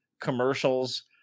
commercials